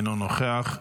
אינו נוכח,